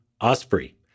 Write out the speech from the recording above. Osprey